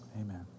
Amen